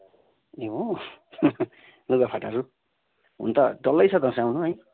ए हो लुगाफाटाहरू हुन त डल्लै छ दसैँ आउन है